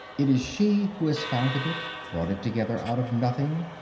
it is she who has founded it, brought it together out of nothing,